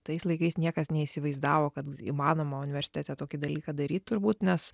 tais laikais niekas neįsivaizdavo kad įmanoma universitete tokį dalyką daryt turbūt nes